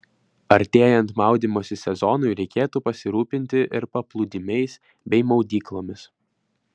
artėjant maudymosi sezonui reikėtų pasirūpinti ir paplūdimiais bei maudyklomis